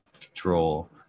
control